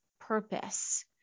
purpose